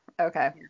Okay